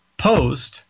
post